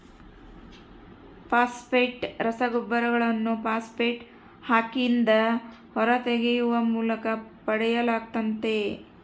phosphate ರಸಗೊಬ್ಬರಗಳನ್ನು phosphate ರಾಕ್ನಿಂದ ಹೊರತೆಗೆಯುವ ಮೂಲಕ ಪಡೆಯಲಾಗ್ತತೆ